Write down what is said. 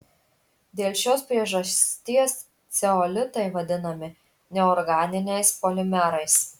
dėl šios priežasties ceolitai vadinami neorganiniais polimerais